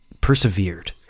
persevered